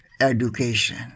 education